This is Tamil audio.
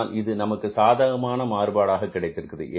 ஆனால் இது நமக்கு சாதகமான மாறுபாடாக கிடைத்திருக்கிறது